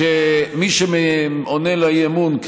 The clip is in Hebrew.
כשמי שמעלה אי-אמון,